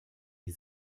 die